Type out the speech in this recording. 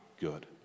good